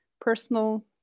personal